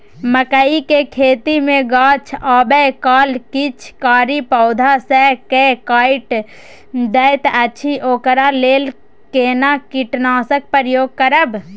मकई के खेती मे गाछ आबै काल किछ कीरा पौधा स के काइट दैत अछि ओकरा लेल केना कीटनासक प्रयोग करब?